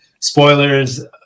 spoilers